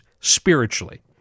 spiritually